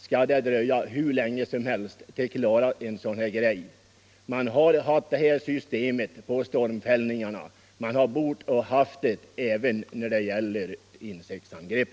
Skall det dröja hur länge som helst, innan man kan klara en sådan här sak? Det är inget nytt skattesystem som behöver införas. Det system som har tillämpats vid avverkning av stormfälld skog borde kunna tillämpas även när det gäller insektsangrepp.